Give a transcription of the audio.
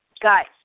Guys